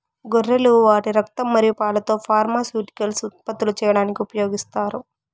గొర్రెలు వాటి రక్తం మరియు పాలతో ఫార్మాస్యూటికల్స్ ఉత్పత్తులు చేయడానికి ఉపయోగిస్తారు